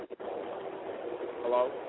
Hello